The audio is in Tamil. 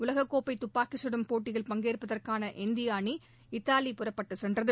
உலகக்கோப்பை துப்பாக்கிச் சுடும் போட்டியில் பங்கேற்பதற்கான இந்திய அணி இத்தாலி புறப்பட்டுச் சென்றது